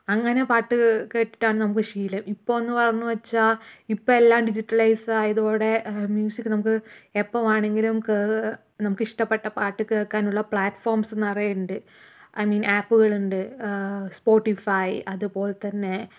അങ്ങനെ പാട്ട് കേട്ടിട്ടാണ് നമുക്ക് ശീലം ഇപ്പോൾ ഒന്ന് പറഞ്ഞ് വെച്ചാൽ ഇപ്പോൾ എല്ലാം ഡിജിറ്റലൈസ്സായതോടെ മ്യുസിക്ക് നമുക്ക് എപ്പം വേണങ്കിലും ക്കേ നമുക്കിഷ്ടപ്പെട്ട പാട്ട് കേക്കാനുള്ള പ്ലാറ്റ്ഫോംസ് നിറയെ ഉണ്ട് ഐ മീന് ആപ്പുകളുണ്ട് സ്പോട്ടിഫൈ അതുപോല് തന്നെ